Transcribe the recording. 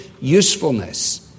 usefulness